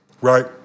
right